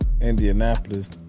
Indianapolis